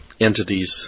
entities